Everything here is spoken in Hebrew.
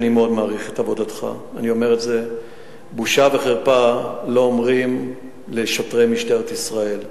ואני מאוד מעריך את עבודתך: "בושה וחרפה" לא אומרים לשוטרי משטרת ישראל.